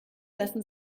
lassen